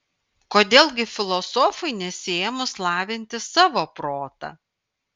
kodėl gi filosofui nesiėmus lavinti savo protą